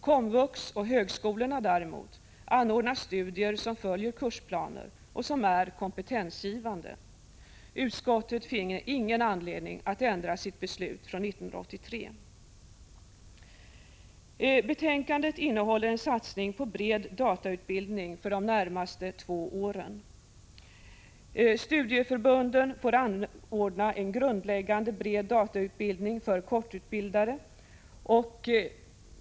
Komvux och högskolorna däremot anordnar studier som följer kursplaner och som är kompetensgivande. Utskottet finner ingen anledning att ändra sitt beslut från 1983. Betänkandet innehåller en satsning på bred datautbildning för de närmaste två åren. Studieförbunden får anordna en grundläggande bred datautbildning för kortutbildade.